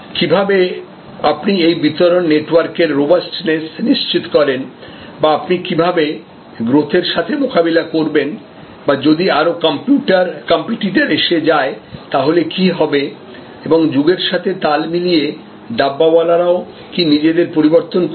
যেমন কীভাবে আপনি এই বিতরণ নেটওয়ার্কের রোবাস্টনেস নিশ্চিত করেন বা আপনি কীভাবে গ্রথের সাথে মোকাবিলা করবেন বা যদি আরো কম্পিটিটার এসে যায় তাহলে কি হবে এবং যুগের সাথে তাল মিলিয়ে ডাব্বাওয়ালা রা ও কি নিজেদের পরিবর্তন করবে